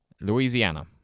Louisiana